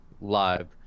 live